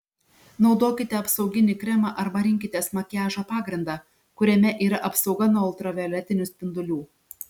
naudokite apsauginį kremą arba rinkitės makiažo pagrindą kuriame yra apsauga nuo ultravioletinių spindulių